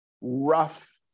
rough